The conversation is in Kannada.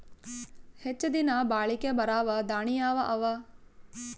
ಹೆಚ್ಚ ದಿನಾ ಬಾಳಿಕೆ ಬರಾವ ದಾಣಿಯಾವ ಅವಾ?